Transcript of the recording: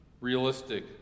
realistic